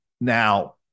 Now